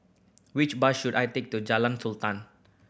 which bus should I take to Jalan Sultan